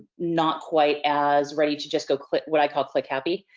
not quite as ready to just go click, what i call click happy,